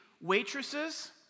waitresses